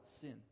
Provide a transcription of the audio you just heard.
sin